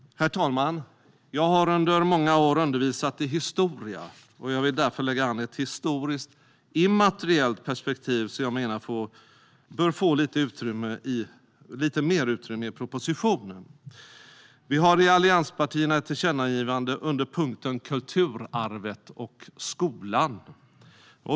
Herr talman! Jag har under många år undervisat i historia och vill därför lägga an ett historiskt immateriellt perspektiv, som jag menar bör få lite mer utrymme i propositionen. Allianspartierna har ett tillkännagivande under punkten Kulturarvet och skolan.